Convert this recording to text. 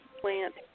plant